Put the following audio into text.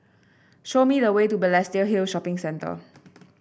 show me the way to Balestier Hill Shopping Centre